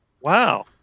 Wow